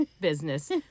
business